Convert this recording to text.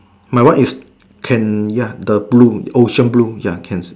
my one is can ya the blue ocean blue ya can